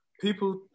people